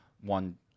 one